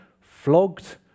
flogged